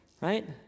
right